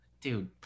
Dude